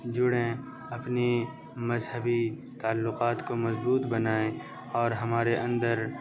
جڑیں اپنی مذہبی تعلقات کو مضبوط بنائیں اور ہمارے اندر